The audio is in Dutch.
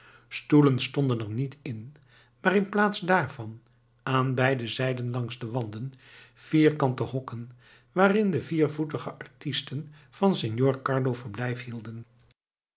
stoelen stonden er niet in maar in plaats daarvan aan beide zijden langs de wanden vierkante hokken waarin de viervoetige artisten van signor carlo verblijf hielden